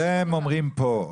את זה הם אומרים פה,